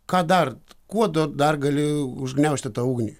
ką dar kuo da dar gali užgniaužti tą ugnį